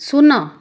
ଶୂନ